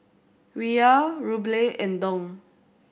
Riyal Ruble and Dong